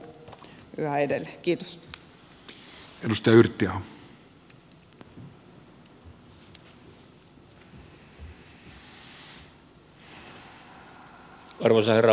arvoisa herra puhemies